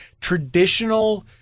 traditional